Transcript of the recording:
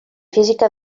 física